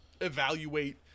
evaluate